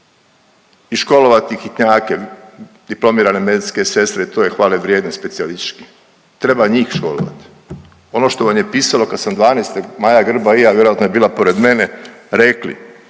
i školovati hitnjake, diplomirane medicinske sestre, to je hvale vrijedan specijalistički, treba njih školovati. Ono što vam je pisalo kad sam '12., Maja Grba i ja, vjerojatno je bila pored mene, rekli